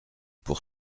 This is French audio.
pour